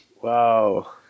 Wow